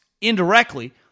indirectly